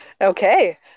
okay